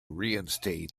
reinstate